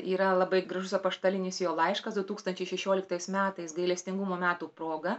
yra labai gražus apaštalinis jo laiškas du tūkstančiai šešioliktais metais gailestingumo metų proga